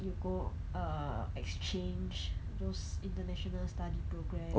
you go err exchange those international study program